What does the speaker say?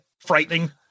frightening